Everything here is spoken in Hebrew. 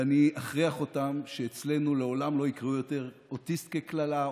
ואני אכריח אותם שאצלנו לעולם לא יקראו יותר "אוטיסט" כקללה,